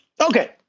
Okay